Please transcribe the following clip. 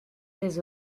ses